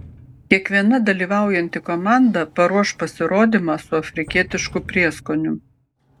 kiekviena dalyvaujanti komanda paruoš pasirodymą su afrikietišku prieskoniu